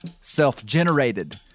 self-generated